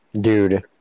dude